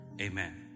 Amen